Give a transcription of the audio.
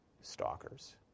stalkers